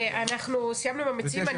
אנחנו סיימנו עם המציעים.